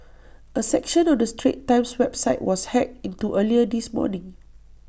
A section of the straits times website was hacked into earlier this morning